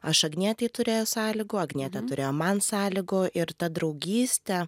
aš agnietei turėjau sąlygų agnietė turėjo man sąlygų ir ta draugystė